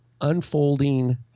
unfolding